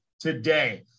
today